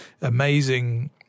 amazing